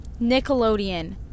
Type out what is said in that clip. Nickelodeon